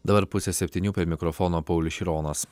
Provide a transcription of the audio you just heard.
dabar pusė septynių prie mikrofono paulius šironas